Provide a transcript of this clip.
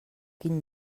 quin